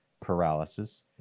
Paralysis